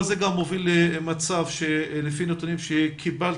כל זה גם מוביל למצב שלפי נתונים שקיבלתי,